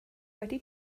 wedi